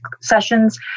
sessions